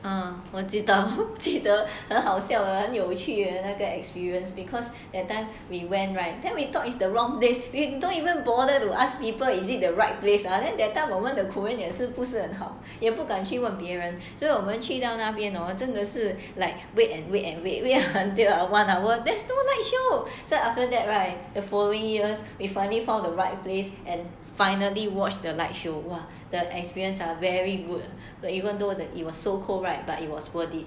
嗯我记得记得很好笑啊很有趣那个 experience because that time we went right then we thought it's the wrong place we don't even bother to ask people is it the right place ah then that time our the korean 是不是很好也不敢去问别人所以我们去到那边 hor 真的是 like wait and wait and wait wait until one hour there is no light show so right the following years we finally found right place and finally watch the light show what the experience are very good like even though it was so cold right but it was worth it